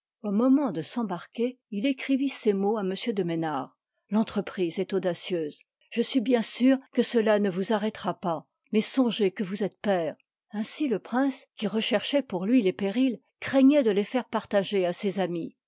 au moment de s'embarquer il écrivitces mots à m de mesnard i l'entreprise est audacieuse je suis bien sûr que cela ne vous arrêtera pas mais i songezi que vous êtes père ainsi le prince qui recherchoit pour lui les périls craignoit de les faire partager à ses amis